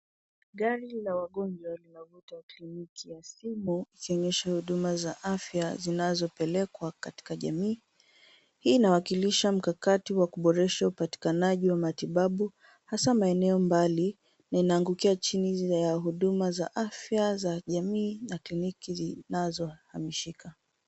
Gari la wagonjwa linavuta kliniki ya simu ikionyesha huduma za afya zinazopelekwa katika jamii. Hii inawakilisha mkakati wa kuboresha upatikanaji wa matibabu, hasaa maeneo mbali na inaangukia chini ya huduma za afya za jamii na kliniki zinazohamishika.